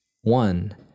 One